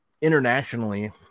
internationally